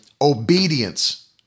Obedience